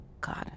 God